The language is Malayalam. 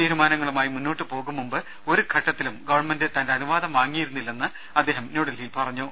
തീരുമാനങ്ങളുമായി മുന്നോട്ടുപോകും മുമ്പ് ഒരു ഘട്ടത്തിലും ഗവൺമെന്റ് തന്റെ അനുവാദം വാങ്ങിയിരുന്നില്ലെന്ന് അദ്ദേഹം ന്യൂഡൽഹിയിൽ പറഞ്ഞു